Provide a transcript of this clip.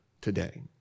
today